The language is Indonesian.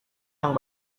yang